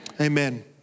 Amen